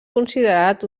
considerat